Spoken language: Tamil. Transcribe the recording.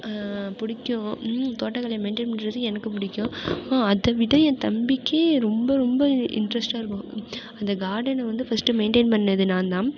பிடிக்கும் தோட்டக்கலையை மெயின்டெயின் பண்ணுறது எனக்கு பிடிக்கும் அப்போ அதை விட என் தம்பிக்கு ரொம்ப ரொம்ப இன்ட்ரெஸ்ட்டாக இருப்பான் அந்த கார்டனை வந்து ஃபர்ஸ்ட் மெயின்டெயின் பண்ணிணது நான் தான்